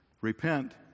repent